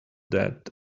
that